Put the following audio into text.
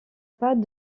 pas